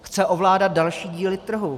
Chce ovládat další díly trhu.